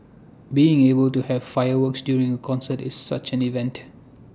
being able to have fireworks during A concert is such an event